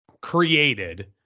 created